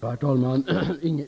Herr talman!